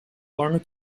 lange